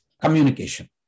communication